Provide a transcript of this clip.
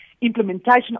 Implementation